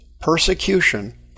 persecution